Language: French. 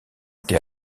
été